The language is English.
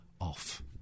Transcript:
off